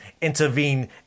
intervene